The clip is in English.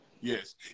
Yes